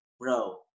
bro